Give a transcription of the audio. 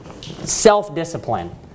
self-discipline